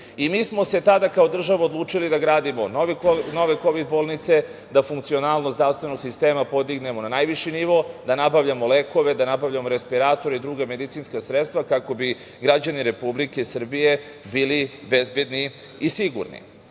Mi smo se tada kao država odlučili da gradimo nove kovid bolnice, da funkcionalnost zdravstvenog sistema podignemo na najviši nivo, da nabavljamo lekove, da nabavljamo respiratore i druga medicinska sredstva kako bi građani Republike Srbije bili bezbedni i sigurni. Svakako